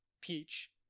peach